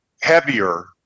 heavier